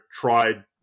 tried